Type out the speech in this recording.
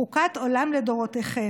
חקת עולם לדרתיכם.